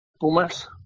Pumas